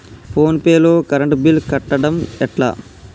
Phone pay లో current bill కట్టడం ఎట్లా?